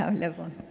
ah levon.